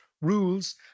rules